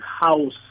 house